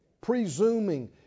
presuming